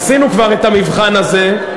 עשינו כבר את המבחן הזה.